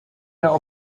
der